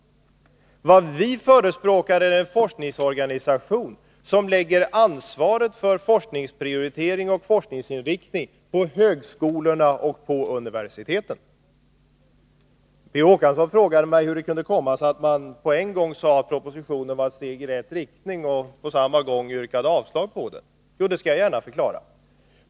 Vad vi förespråkar är en forskningsorganisation som lägger ansvaret för forskningsprioritering och forskningsinriktning på högskolorna och universiteten. Sedan frågade Per Olof Håkansson mig hur det kunde komma sig att man sade att propositionen innebar ett steg i rätt riktning och på samma gång yrkade avslag på den. Det skall jag gärna förklara.